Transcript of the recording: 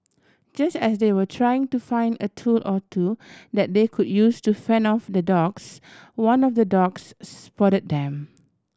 just as they were trying to find a tool or two that they could use to fend off the dogs one of the dogs spot them